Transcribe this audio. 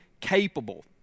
capable